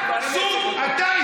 ראש הממשלה המנוח שרון התחיל אותה,